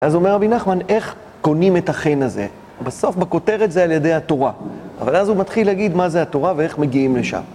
אז אומר רבי נחמן, איך קונים את החן הזה? בסוף, בכותרת, זה על ידי התורה. אבל אז הוא מתחיל להגיד מה זה התורה ואיך מגיעים לשם.